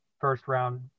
first-round